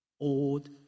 old